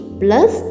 plus